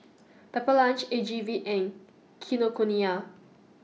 Pepper Lunch A G V and Kinokuniya